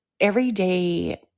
everyday